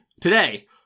today